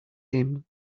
him